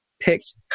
picked